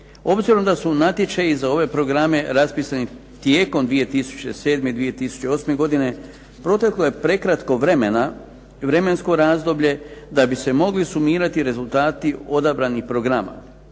obzirom da su natječaji za ove programe raspisani tijekom 2007. i 2008. godine proteklo je prekratko vremena, vremensko razdoblje da bi se mogli sumirati rezultati odabranih programa.